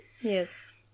Yes